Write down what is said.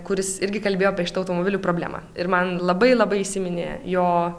kuris irgi kalbėjo apie šitą automobilių problemą ir man labai labai įsiminė jo